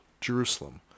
Jerusalem